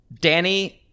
Danny